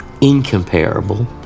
incomparable